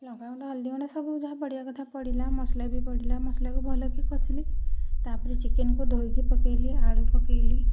ଲଙ୍କା ଗୁଣ୍ଡ ହଳଦୀ ଗୁଣ୍ଡ ସବୁ ଯାହା ପଡ଼ିବା କଥା ପଡ଼ିଲା ମସଲା ବି ପଡ଼ିଲା ମସଲା ଭଲ କି କସିଲି ତାପରେ ଚିକେନ୍ ଧୋଇକି ପକାଇଲି ଆଳୁ ପକାଇଲି